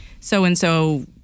so-and-so